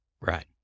Right